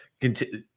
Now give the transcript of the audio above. continue